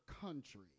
country